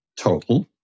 total